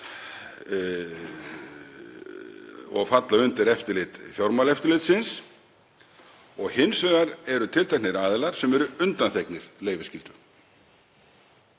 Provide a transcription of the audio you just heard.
og falla undir eftirlit Fjármálaeftirlitsins og hins vegar eru tilteknir aðilar sem eru undanþegnir leyfisskyldu.